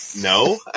no